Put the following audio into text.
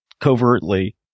covertly